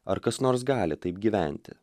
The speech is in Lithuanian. ar kas nors gali taip gyventi